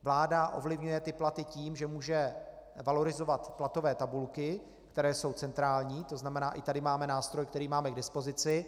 Vláda ovlivňuje platy tím, že může valorizovat platové tabulky, které jsou centrální, to znamená, že i tady máme nástroj, který máme k dispozici.